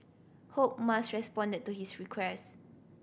hope Musk responded to his request